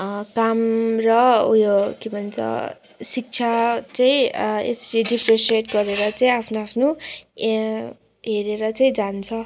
काम र उयो के भन्छ शिक्षा चाहिँ यसरी डिफरेसिएट गरेर चाहिँ आफ्नो आफ्नो हेरेर चाहिँ जान्छ